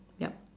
yup